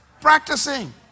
practicing